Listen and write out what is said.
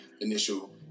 initial